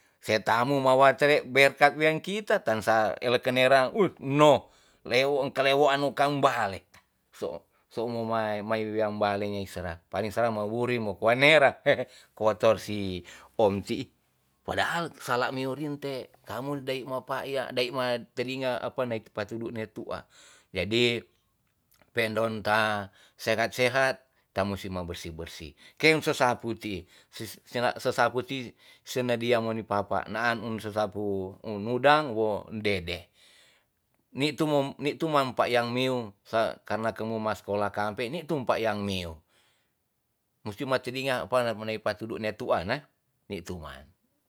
Seta mu mawa tere berkat wean kita tan sa ele kenera no lewo ka lewoan kang bale ta' so somo mai mai wean bale nyai sera paling sera mo wuri mo kua nera kotor si om ti'i padahal salah mu rinte kamu dai ma mapakya dai ma telinga apa ne patudu ne tu'a jadi pe'ndon ta sehat sehat ta musi ba bersi bersi keng sesapu ti sena sesapu ti sene dia mo ni paapa naan um sesapu nu nudang wo dede ni tu mo ni tu mam pakyang miu sa karna kemu ma skola kampe ni tu pakyang miu musti ma telinga pa panae patudu ne tu'a na ni tu man